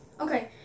Okay